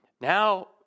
Now